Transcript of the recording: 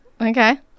Okay